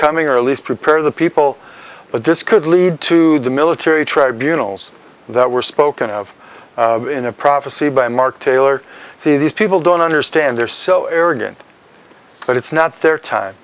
coming or at least prepare the people but this could lead to the military tribunals that were spoken of in a prophecy by mark taylor see these people don't understand they're so arrogant that it's not their time